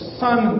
sun